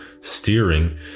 steering